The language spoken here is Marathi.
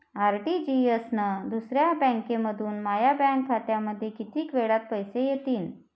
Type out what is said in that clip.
आर.टी.जी.एस न दुसऱ्या बँकेमंधून माया बँक खात्यामंधी कितीक वेळातं पैसे येतीनं?